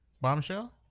Bombshell